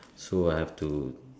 so I have to